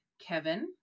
Kevin